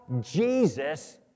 Jesus